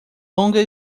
longa